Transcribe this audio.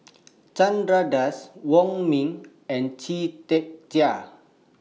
Chandra Das Wong Ming and Chia Tee Chiak